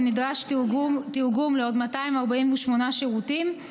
נדרש תרגום לעוד 248 שירותים,